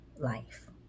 life